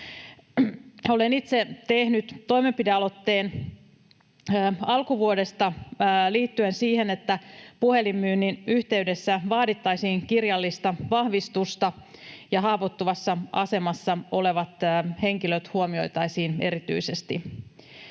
Olen itse tehnyt alkuvuodesta toimenpidealoitteen liittyen siihen, että puhelinmyynnin yhteydessä vaadittaisiin kirjallista vahvistusta ja haavoittuvassa asemassa olevat henkilöt huomioitaisiin erityisesti.